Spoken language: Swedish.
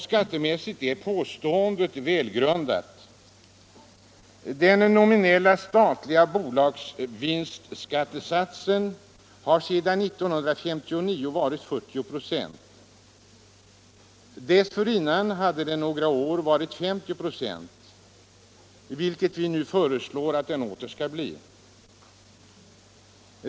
Skattemässigt är påståendet också välgrundat. Den nominella statliga bolagsvinstskattesatsen har sedan 1959 varit 40 26. Dessförinnan hade den några år varit 50 96, vilket vi nu föreslår att den åter skall bli.